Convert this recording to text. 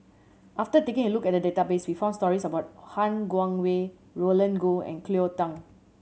after taking a look at the database we found stories about Han Guangwei Roland Goh and Cleo Thang